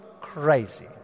crazy